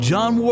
John